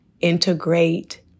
integrate